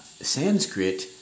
Sanskrit